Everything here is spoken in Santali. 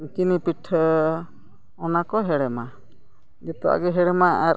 ᱪᱤᱱᱤ ᱯᱤᱴᱷᱟᱹ ᱚᱱᱟ ᱠᱚ ᱦᱮᱬᱮᱢᱟ ᱡᱚᱛᱚᱣᱟᱜ ᱜᱮ ᱦᱮᱬᱮᱢᱟ ᱟᱨ